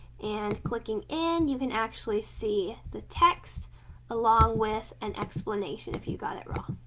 and clicking in you can actually see the text along with an explanation if you got it wrong.